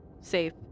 safe